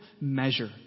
measure